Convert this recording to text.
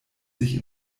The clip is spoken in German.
sich